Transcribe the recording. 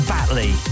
Batley